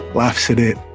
laughs at it,